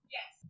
Yes